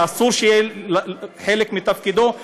שאסור שיהיה חלק מתפקידו,